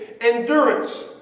endurance